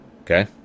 Okay